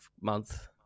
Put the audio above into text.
month